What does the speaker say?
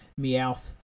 Meowth